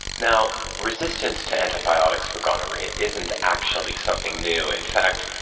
now, resistance to antibiotics for gonorrhoea isn't actually something new. in fact,